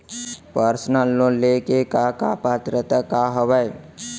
Personal loan ले के का का पात्रता का हवय?